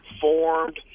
formed